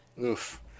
Oof